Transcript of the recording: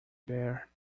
bare